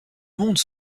monde